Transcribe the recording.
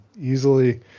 easily